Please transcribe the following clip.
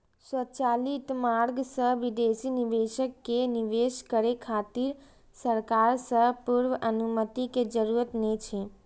स्वचालित मार्ग सं विदेशी निवेशक कें निवेश करै खातिर सरकार सं पूर्व अनुमति के जरूरत नै छै